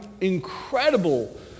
incredible